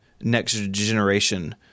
next-generation